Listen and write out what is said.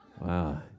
Wow